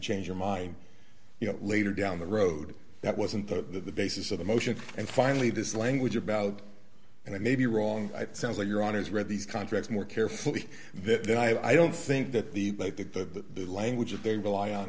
change your mind you know later down the road that wasn't the basis of the motion and finally this language about and i may be wrong i sounds like your honour's read these contracts more carefully that i don't think that the like the language of they rely on